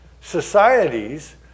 societies